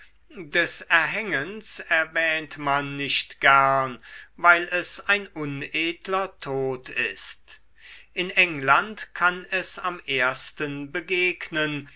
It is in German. des erhängens erwähnt man nicht gern weil es ein unedler tod ist in england kann es am ersten begegnen